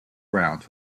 rounds